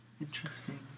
interesting